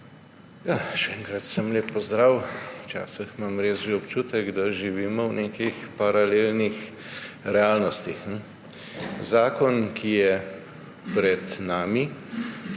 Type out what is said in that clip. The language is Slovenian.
Še enkrat vsem lep pozdrav! Včasih imam res že občutek, da živimo v nekih paralelnih realnostih. Zakon, ki je pred nami,